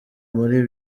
muri